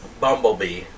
Bumblebee